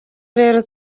rero